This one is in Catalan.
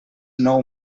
nou